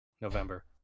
November